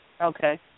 Okay